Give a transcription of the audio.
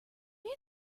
you